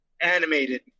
animated